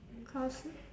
because